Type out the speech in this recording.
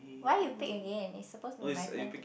why you pick again it's supposed to be my turn to